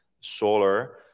solar